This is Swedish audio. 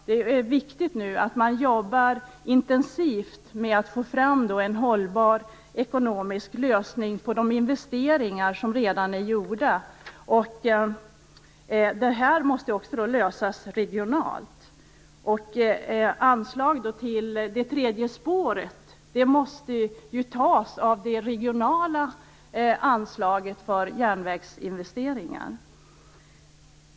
Det är viktigt att man jobbar intensivt med att få fram en hållbar ekonomisk lösning för de investeringar som redan är gjorda. Den frågan måste lösas regionalt. Anslag till det tredje spåret måste tas av det regionala anslaget för järnvägsinvesteringar.